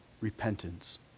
repentance